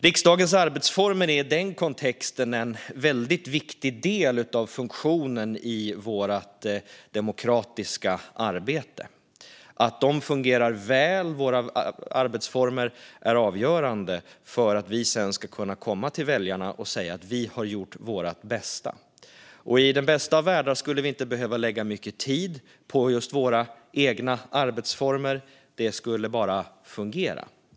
Riksdagens arbetsformer är i den kontexten en väldigt viktig del av funktionen i vårt demokratiska arbete. Att arbetsformerna fungerar väl är avgörande för att vi sedan ska kunna komma till väljarna och säga att vi har gjort vårt bästa. I den bästa av världar skulle vi inte behöva lägga mycket tid på våra egna arbetsformer; de skulle bara fungera.